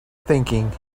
thinking